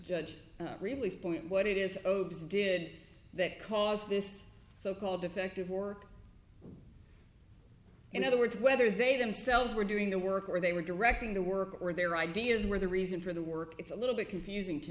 release point what it is obese did that cause this so called defective work in other words whether they themselves were doing the work or they were directing the work or their ideas were the reason for the work it's a little bit confusing to